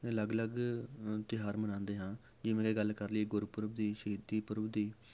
ਅਲੱਗ ਅਲੱਗ ਤਿਉਹਾਰ ਮਨਾਉਂਦੇ ਹਾਂ ਜਿਵੇਂ ਕਿ ਗੱਲ ਕਰ ਲਈਏ ਗੁਰਪੁਰਬ ਦੀ ਸ਼ਹੀਦੀ ਪੁਰਬ ਦੀ